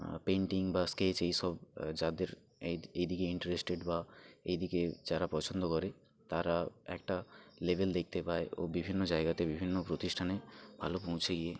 painting বা sketch এইসব যাদের এই দিকে ইন্টারেস্টেড বা এই দিকে যারা পছন্দ করে তারা একটা লেভেল দেখতে পায় ও বিভিন্ন জায়গাতে বিভিন্ন প্রতিষ্ঠানে ভালো পৌঁছে গিয়ে